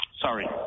Sorry